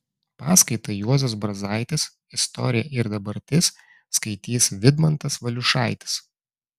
paskaitą juozas brazaitis istorija ir dabartis skaitys vidmantas valiušaitis